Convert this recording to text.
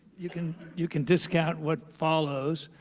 you can you can discount what follows,